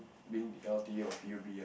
being l_t_a or p_u_b